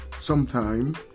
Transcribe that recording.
sometime